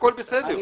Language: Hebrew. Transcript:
הכול בסדר,